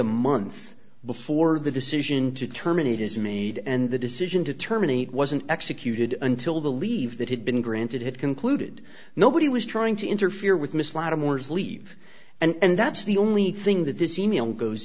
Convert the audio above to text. a month before the decision to terminate is made and the decision to terminate wasn't executed until the leave that had been granted it concluded nobody was trying to interfere with miss latimer's leave and that's the only thing that this e mail goes